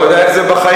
אתה יודע איך זה בחיים?